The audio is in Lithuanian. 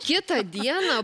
kitą dieną